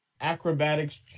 Acrobatics